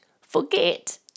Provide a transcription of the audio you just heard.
forget